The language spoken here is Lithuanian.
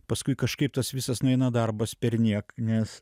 paskui kažkaip tas visas nueina darbas perniek nes